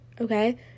okay